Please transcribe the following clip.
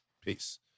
Peace